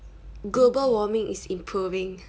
global warming is improving